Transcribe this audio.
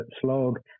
slog